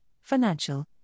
financial